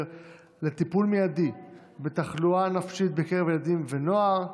לטיפול מיידי בתחלואה נפשית בקרב ילדים ונוער,